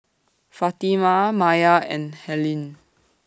Fatima Maiya and Helyn